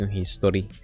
history